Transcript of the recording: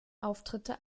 auftritte